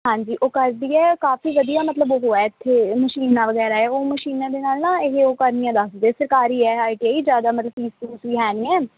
ਹਾਂਜੀ ਉਹ ਕਰਦੀ ਹੈ ਕਾਫੀ ਵਧੀਆ ਮਤਲਬ ਉਹ ਹੈ ਇੱਥੇ ਮਸ਼ੀਨਾਂ ਵਗੈਰਾ ਹੈ ਉਹ ਮਸ਼ੀਨਾਂ ਦੇ ਨਾਲ ਨਾ ਇਹ ਉਹ ਕਰਨੀਆਂ ਦੱਸਦੇ ਸਰਕਾਰੀ ਹੈ ਆਈ ਟੀ ਆਈ ਜ਼ਿਆਦਾ ਮਤਲਬ ਫੀਸ ਫੂਸ ਵੀ ਹੈ ਨਹੀਂ ਹੈ